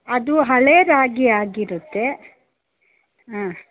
ಅದು ಹಳೇ ರಾಗಿ ಆಗಿರುತ್ತೆ ಆಂ